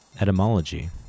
Etymology